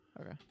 okay